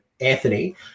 Anthony